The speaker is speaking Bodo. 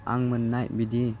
आं मोन्नाय बिदि